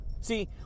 See